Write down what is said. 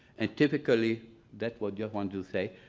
and typically that will go on to say